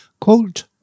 Quote